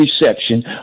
reception